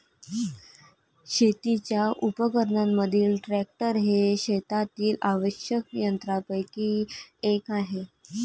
शेतीच्या उपकरणांमधील ट्रॅक्टर हे शेतातील आवश्यक यंत्रांपैकी एक आहे